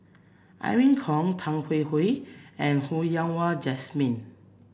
Irene Khong Tan Hwee Hwee and Ho Yen Wah Jesmine